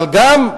אבל גם,